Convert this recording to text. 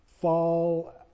fall